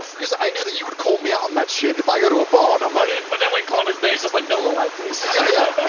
because i knew that you would call me out on that shit. if i go to a bar and i'm like, but then when connor's there he's just like miller light, please. yeah,